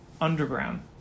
Underground